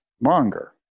monger